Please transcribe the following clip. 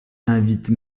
invite